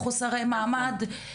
מחוסרי מעמד,